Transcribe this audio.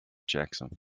jackson